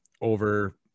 over